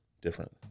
different